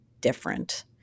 different